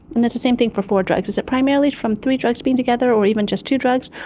and that's the same thing for four drugs is it primarily from three drugs being together or even just two drugs,